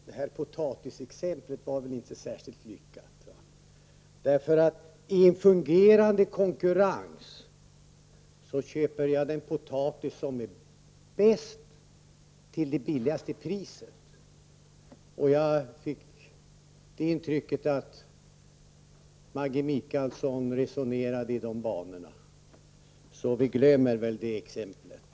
Herr talman! Potatisexemplet var väl inte särskilt lyckat. I en fungerande konkurrens köper jag den potatis som är bäst till det billigaste priset, och jag fick intrycket att Maggi Mikaelsson resonerade i de banorna. Så vi glömmer väl det exemplet.